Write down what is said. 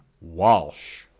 Walsh